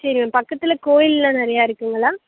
சரி பக்கத்தில் கோயில்லாம் நிறையா இருக்குங்களா